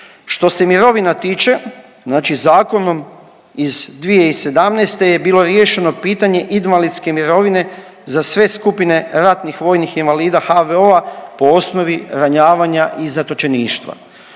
Što se mirovina tiče, znači zakonom iz 2017. je bilo riješeno pitanje invalidske mirovine za sve skupine ratnih vojnih invalida HVO-a po osnovi ranjavanja i zatočeništva.